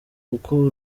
uko